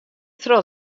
troch